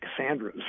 Cassandras